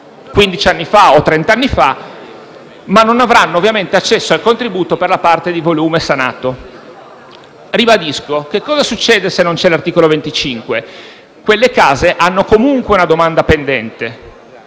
quindici o trent’anni fa, ma non avranno ovviamente accesso al contributo per la parte di volume sanato. Ribadisco: che cosa succede se non c’è l’articolo 25? Quelle case hanno comunque una domanda pendente